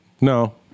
No